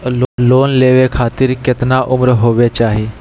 Loan लेवे खातिर केतना उम्र होवे चाही?